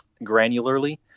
granularly